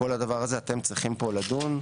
כל הדבר הזה אתם צריכים פה לדון,